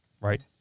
Right